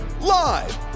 live